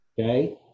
okay